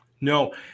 No